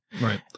Right